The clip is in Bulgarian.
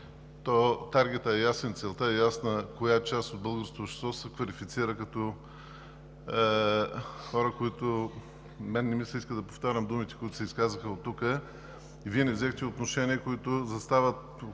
Таргетът е ясен, целта е ясна – коя част от българското общество се квалифицира като хора, които… На мен не ми се иска да повтарям думите, които се изказаха тук, и Вие не взехте отношение. Ставаше